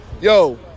Yo